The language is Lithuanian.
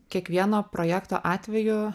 kiekvieno projekto atveju